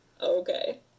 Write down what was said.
Okay